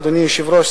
אדוני היושב-ראש,